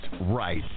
right